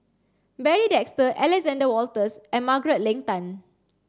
Barry Desker Alexander Wolters and Margaret Leng Tan